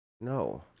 No